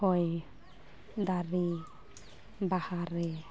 ᱦᱚᱭ ᱫᱟᱨᱤ ᱵᱟᱦᱟᱨᱮ